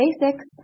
basics